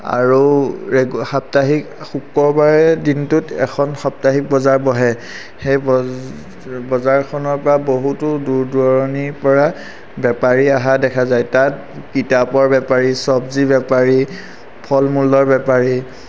আৰু সাপ্তাহিক শুক্ৰবাৰে দিনটোত এখন সাপ্তাহিক বজাৰ বহে সেই বজাৰ বজাৰখনৰপৰা বহুতো দূৰ দূৰণিৰপৰা বেপাৰী অহা দেখা যায় তাত কিতাপৰ বেপাৰী চব্জি বেপাৰী ফল মূলৰ বেপাৰী